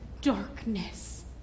darkness